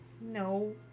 No